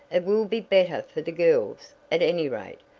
it will be better for the girls, at any rate.